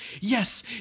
yes